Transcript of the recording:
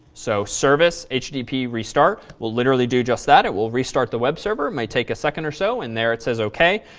so, service httpd restart. we'll literally do just that. it will restart the web server. it might take a second or so. and there it says ok.